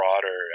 broader